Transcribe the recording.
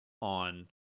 on